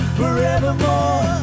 forevermore